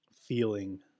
feeling